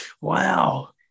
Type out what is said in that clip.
Wow